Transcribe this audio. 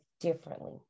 differently